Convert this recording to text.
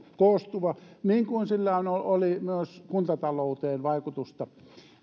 koostuva niin kuin sillä oli myös kuntatalouteen vaikutusta